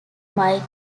mike